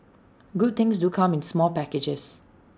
good things do come in small packages